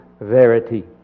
verity